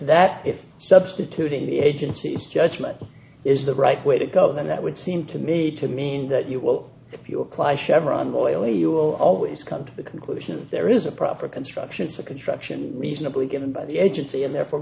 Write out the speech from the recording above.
that if substituting the agency's judgment is the right way to go then that would seem to me to mean that you will if you apply chevron moily you will always come to the conclusion there is a proper construction subtraction reasonably given by the agency and therefore